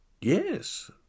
yes